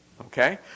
okay